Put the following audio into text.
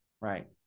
right